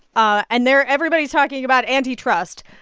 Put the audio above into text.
ah and there everybody's talking about antitrust.